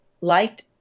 liked